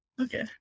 okay